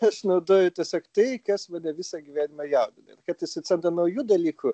aš naudoju tiesiog tai kas mane visą gyvenimą jaudina ir kartais atsiranda naujų dalykų